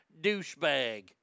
douchebag